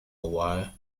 while